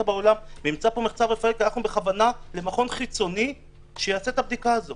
בעולם והלכנו בכוונה למכון חיצוני שיעשה את הבדיקה הזאת